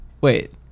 Wait